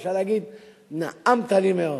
ואפשר להגיד נאמת לי מאוד.